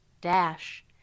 dash